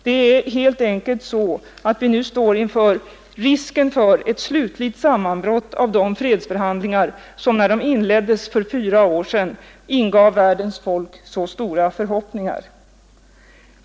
Det är helt enkelt så att vi nu står inför risken av ett slutligt sammanbrott för de fredsförhandlingar som när de inleddes för fyra år sedan ingav världens folk så stora förhoppningar.